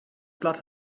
blatt